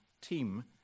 team